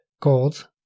gold